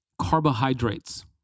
carbohydrates